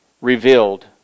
revealed